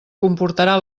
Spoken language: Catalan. comportarà